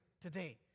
today